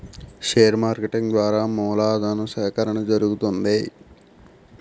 share marketing ద్వారా మూలధను సేకరణ జరుగుతుంది